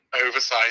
Oversized